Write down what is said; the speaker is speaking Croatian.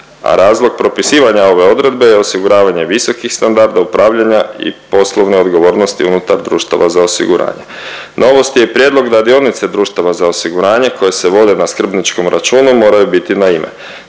razlog propisivanja ove odredbe je osiguravanje visokih standarda upravljanja i poslovne odgovornosti unutar društava za osiguranje. Novost je i prijedlog da dionice društava za osiguranje koje se vode na skrbničkom računu moraju biti na ime.